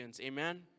Amen